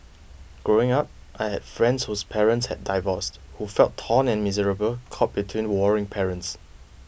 growing up I had friends whose parents had divorced who felt torn and miserable caught between warring parents